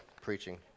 preaching